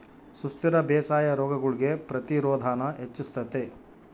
ಸುಸ್ಥಿರ ಬೇಸಾಯಾ ರೋಗಗುಳ್ಗೆ ಪ್ರತಿರೋಧಾನ ಹೆಚ್ಚಿಸ್ತತೆ